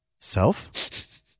Self